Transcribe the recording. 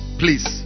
please